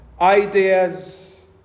Ideas